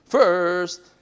First